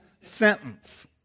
sentence